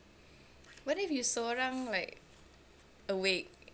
what if you seorang like awake